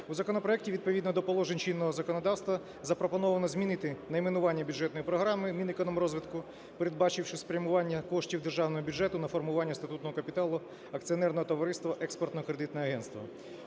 У законопроекті відповідно до положень чинного законодавства запропоновано змінити найменування бюджетної програми Мінекономрозвитку, передбачивши спрямування коштів державного бюджету на формування статутного капіталу акціонерного товариства "Експортно-кредитне агентство".